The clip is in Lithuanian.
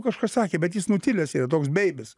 nu kažkas sakė bet jis nutilęs yra toks beibis